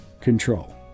control